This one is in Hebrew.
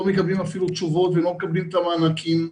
לא מקבלים אפילו תשובות ולא מקבלים את המענקים.